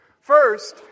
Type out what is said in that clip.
First